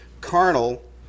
carnal